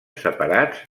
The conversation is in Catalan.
separats